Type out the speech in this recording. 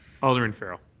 alderman ferrell.